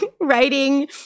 Writing